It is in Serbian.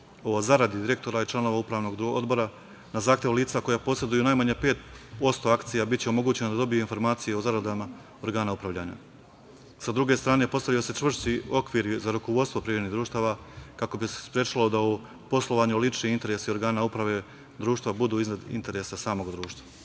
zaradi direktora i članova Upravnog odbora. Na zahtev lica koja poseduju najmanje 5% akcija biće omogućeno da dobije informacije o zaradama organa upravljanja. Sa druge strane, postavlja se čvršći okvir za rukovodstvo privrednih društava, kako bi se sprečilo da u poslovanju lični interesi organa uprave društva budu iznad interesa samog društva. Nove